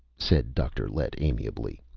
said dr. lett amiably.